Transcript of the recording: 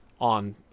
on